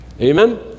Amen